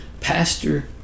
pastor